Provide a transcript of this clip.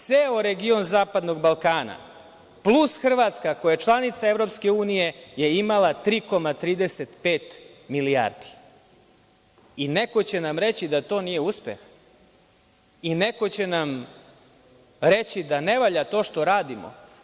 Ceo region zapadnog Balkana, plus Hrvatska koja je članica EU je imala 3,35 milijardi i neko će nam reći da to nije uspeh i neko će nam reći da ne valja to što radimo.